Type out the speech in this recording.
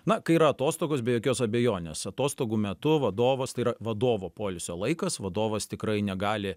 na kai yra atostogos be jokios abejonės atostogų metu vadovas tai yra vadovo poilsio laikas vadovas tikrai negali